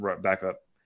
backup